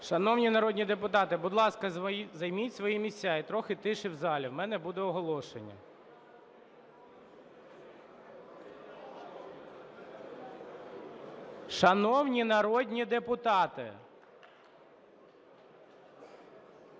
Шановні народні депутати, будь ласка, займіть свої місця і трохи тиші в залі, в мене буде оголошення. Шановні народні депутати!